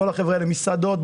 מסעדות,